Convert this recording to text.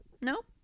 Nope